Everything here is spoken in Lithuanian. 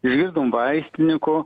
išgirdom vaistiniko